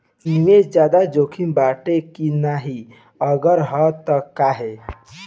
निवेस ज्यादा जोकिम बाटे कि नाहीं अगर हा तह काहे?